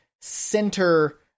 center